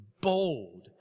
bold